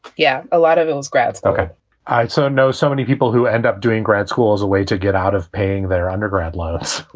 yeah. a lot of it was grabbed. ok. so i so know so many people who end up doing grad school as a way to get out of paying their undergrad loans.